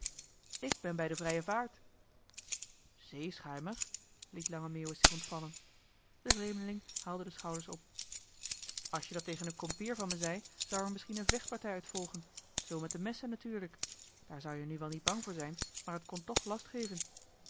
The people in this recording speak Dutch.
ik ben bij de vrije vaart zeeschuimer liet lange meeuwis zich ontvallen de vreemdeling haalde de schouders op als je dat tegen een kompeer van me zei zou er misschien een vechtpartij uit volgen zoo met de messen natuurlijk daar zou-je nu wel niet bang voor zijn maar t kon toch last geven